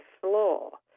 floor